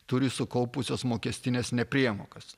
turi sukaupusios mokestines nepriemokas